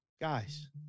guys